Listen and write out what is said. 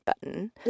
button